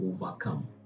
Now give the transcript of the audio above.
overcome